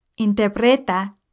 Interpreta